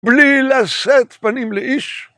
בלי לשאת פנים לאיש.